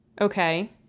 Okay